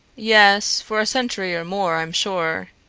yes, for a century or more, i'm sure.